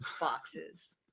boxes